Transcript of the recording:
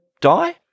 die